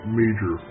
major